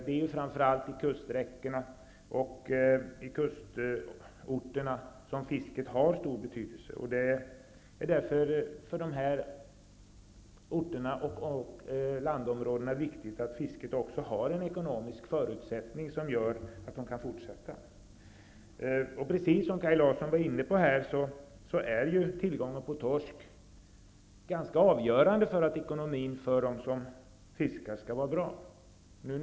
Det gäller framför allt kuststräckorna och kustorterna, och det är för de här landområdena och samhällena viktigt att fisket får sådana ekonomiska förutsättningar att det kan fortsätta. Som Kaj Larsson också var inne på är tillgången på torsk ganska avgörande för att de som utövar fiske skall ha en bra ekonomi.